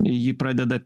į jį pradeda